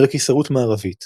ולקיסרות מערבית